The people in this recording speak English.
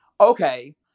Okay